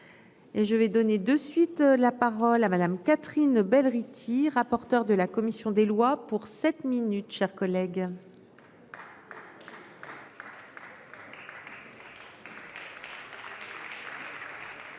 je vais donner de suite la parole à Madame Catherine Bell Rithy rapporteur de la commission des lois pour sept minutes, chers collègues.